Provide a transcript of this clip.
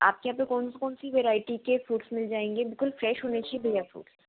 आपके यहाँ पे कौन कौन से वैरायटी के फ्रूट मिल जाएँगे बिल्कुल फ्रेश होने चाहिए भईया फ्रूट